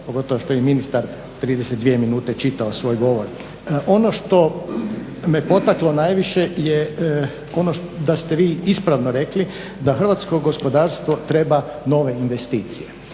pogotovo što je ministar 32 minute čitao svoj govor. Ono što me potaklo najviše je ono da ste vi ispravno rekli da hrvatsko gospodarstvo treba nove investicije.